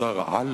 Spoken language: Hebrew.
שר-העל